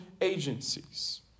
agencies